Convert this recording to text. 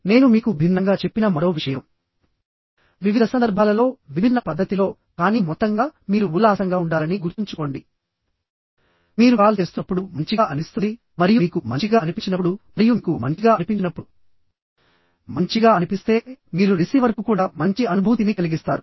నేను మీకు భిన్నంగా చెప్పిన మరో విషయం వివిధ సందర్భాలలో విభిన్న పద్ధతిలో కానీ మొత్తంగా మీరు ఉల్లాసంగా ఉండాలని గుర్తుంచుకోండి మీరు కాల్ చేస్తున్నప్పుడు మంచిగా అనిపిస్తుంది మరియు మీకు మంచిగా అనిపించినప్పుడు మరియు మీకు మంచిగా అనిపించినప్పుడు మంచిగా అనిపిస్తే మీరు రిసీవర్కు కూడా మంచి అనుభూతిని కలిగిస్తారు